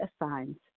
assigns